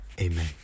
Amen